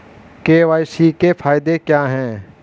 KYC के फायदे क्या है?